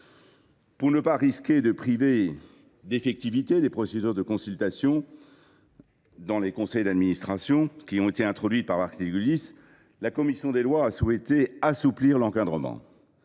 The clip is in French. Pour ne pas risquer de priver d’effectivité les procédures de consultation des conseils d’administration introduites par l’article 10, la commission des lois a souhaité assouplir leur encadrement.